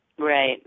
Right